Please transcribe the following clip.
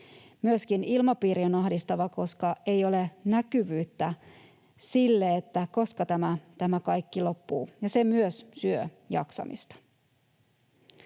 Myöskin ilmapiiri on ahdistava, koska ei ole näkyvyyttä sille, milloin tämä kaikki loppuu, ja se myös syö jaksamista.